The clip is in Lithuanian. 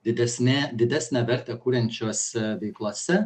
didesne didesnę vertę kuriančiose veiklose